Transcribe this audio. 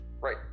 Right